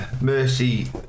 Mercy